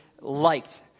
liked